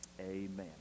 amen